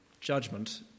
judgment